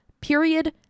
Period